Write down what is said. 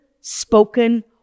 spoken